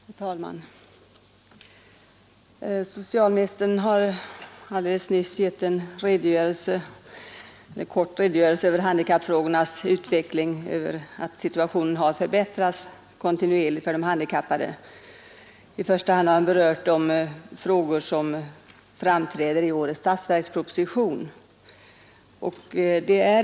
Herr talman! Socialministern har alldeles nyss givit en kort redogörelse över handikappfrågornas utveckling. Han förklarade att situationen kontinuerligt har förbättrats för de handikappade. I första hand berörde han de frågor som framträder i årets statsverksproposition.